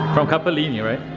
from cappellini right?